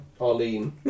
Arlene